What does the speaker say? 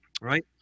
right